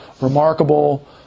remarkable